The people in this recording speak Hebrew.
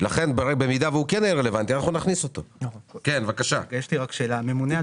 האם זה יגיע עד